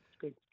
good